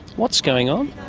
what's going on?